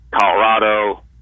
Colorado